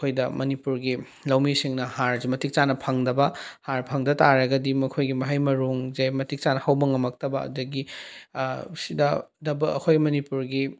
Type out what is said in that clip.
ꯑꯩꯈꯣꯏꯗ ꯃꯅꯤꯄꯨꯔꯒꯤ ꯂꯧꯃꯤꯁꯤꯡꯅ ꯍꯥꯔꯁꯤ ꯃꯇꯤꯛ ꯆꯥꯅ ꯐꯪꯗꯕ ꯍꯥꯔ ꯐꯪꯗ ꯇꯥꯔꯒꯗꯤ ꯃꯈꯣꯏꯒꯤ ꯃꯍꯩ ꯃꯔꯣꯡꯁꯦ ꯃꯇꯤꯛ ꯆꯥꯅ ꯍꯧꯕ ꯉꯝꯃꯛꯇꯕ ꯑꯗꯒꯤ ꯁꯤꯗ ꯑꯩꯈꯣꯏ ꯃꯅꯤꯄꯨꯔꯒꯤ